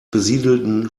besiedelten